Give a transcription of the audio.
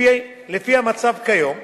לפי המצב כיום,